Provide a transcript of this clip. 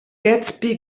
gadsby